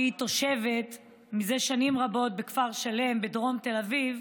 שהיא תושבת זה שנים רבות בכפר שלם בדרום תל אביב,